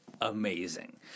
amazing